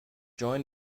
join